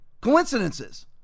coincidences